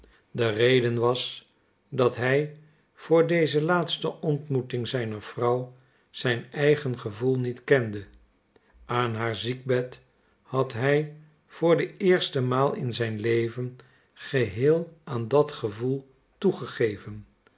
de reden was dat hij voor deze laatste ontmoeting zijner vrouw zijn eigen gevoel niet kende aan haar ziekbed had hij voor de eerste maal in zijn leven geheel aan dat gevoel toegegeven